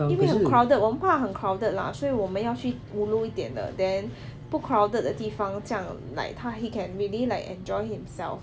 因为很 crowded 我们怕 crowded lah 所以我们要去 ulu 一点的 then 不 crowded 的地方像 like 他 he can really like enjoy himself